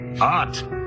art